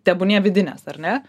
tebūnie vidinės ar ne